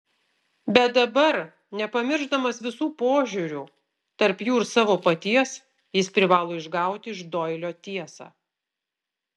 bet dabar nepamiršdamas visų požiūrių tarp jų ir savo paties jis privalo išgauti iš doilio tiesą